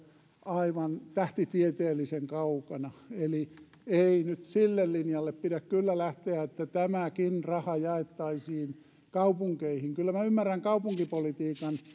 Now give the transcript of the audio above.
aivan tähtitieteellisen kaukana eli ei nyt sille linjalle pidä kyllä lähteä että tämäkin raha jaettaisiin kaupunkeihin kyllä minä ymmärrän kaupunkipolitiikan